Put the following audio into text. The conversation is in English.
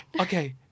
okay